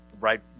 right